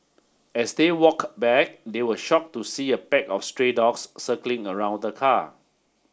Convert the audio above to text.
as they walk back they were shock to see a pack of stray dogs circling around the car